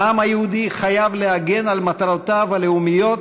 העם היהודי חייב להגן על מטרותיו הלאומיות,